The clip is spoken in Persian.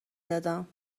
دادم